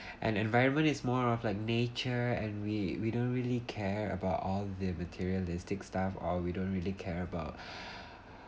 and environment is more of like nature and we we don't really care about all the materialistic stuff or we don't really care about